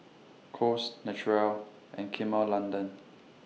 Kose Naturel and London